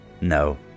No